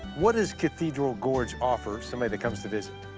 what does cathedral gorge offer somebody that comes to visit?